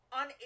on